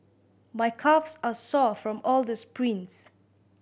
my calves are sore from all the sprints